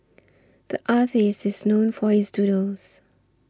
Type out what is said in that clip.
the artist is known for his doodles